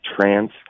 trans